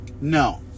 No